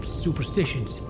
superstitions